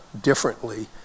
differently